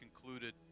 concluded